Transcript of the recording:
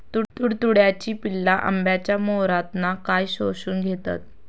तुडतुड्याची पिल्ला आंब्याच्या मोहरातना काय शोशून घेतत?